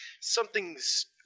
Something's